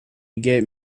get